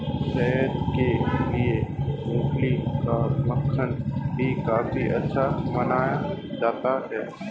सेहत के लिए मूँगफली का मक्खन भी काफी अच्छा माना जाता है